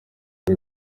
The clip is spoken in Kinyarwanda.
ari